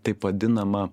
taip vadinamą